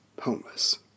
homeless